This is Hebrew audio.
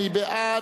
מי בעד?